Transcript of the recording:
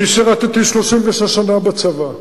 אני שירתי 36 שנה בצבא,